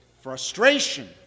frustration